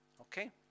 Okay